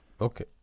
okay